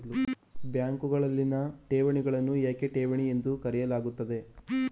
ಬ್ಯಾಂಕುಗಳಲ್ಲಿನ ಠೇವಣಿಗಳನ್ನು ಏಕೆ ಠೇವಣಿ ಎಂದು ಕರೆಯಲಾಗುತ್ತದೆ?